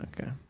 okay